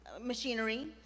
machinery